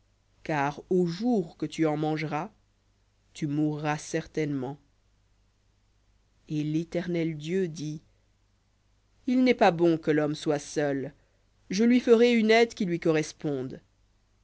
car au jour que tu en mangeras tu mourras certainement et l'éternel dieu dit il n'est pas bon que l'homme soit seul je lui ferai une aide qui lui corresponde